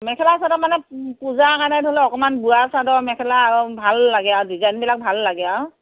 মেখেলা চাদৰ মানে পূজাৰ কাৰণে ধৰি লোৱা অকণমান বোৱা চাদৰ মেখেলা ভাল লাগে আৰু ডিজাইনবিলাক ভাল লাগে আৰু